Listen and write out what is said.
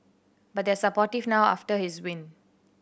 but they are supportive now after his win